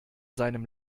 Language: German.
seinem